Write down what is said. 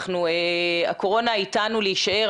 הקורונה איתנו להשאר,